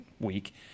week